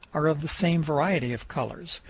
are of the same variety of colors,